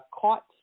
caught